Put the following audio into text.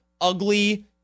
ugly